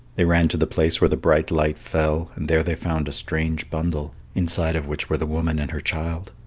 they ran to the place where the bright light fell, and there they found a strange bundle, inside of which were the woman and her child.